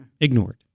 Ignored